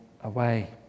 away